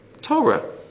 Torah